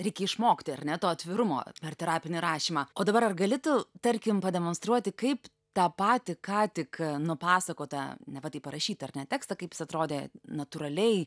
reikia išmokti ar ne to atvirumo per terapinį rašymą o dabar ar gali tu tarkim pademonstruoti kaip tą patį ką tik nupasakotą neva tai parašytą ar ne tekstą kaip jis atrodė natūraliai